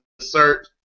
search